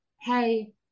hey